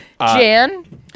Jan